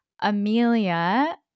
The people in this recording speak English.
Amelia